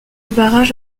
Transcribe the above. barrage